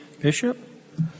Bishop